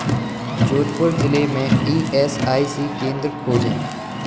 जोधपुर जिले में E S I C केंद्र खोजें